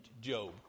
Job